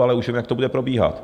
Ale už vím, jak to bude probíhat.